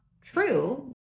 true